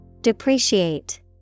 Depreciate